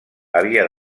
havia